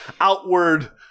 outward